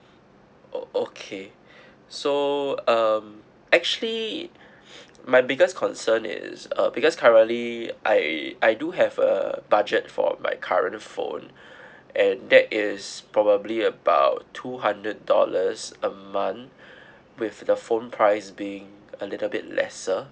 okay so um actually my biggest concern is uh because currently I I do have a budget for my current phone and that is probably about two hundred dollars a month with the phone price being a little bit lesser